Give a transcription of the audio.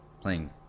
playing